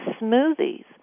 smoothies